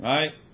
Right